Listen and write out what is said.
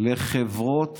לחברות